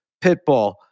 pitbull